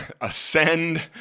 ascend